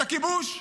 את הכיבוש.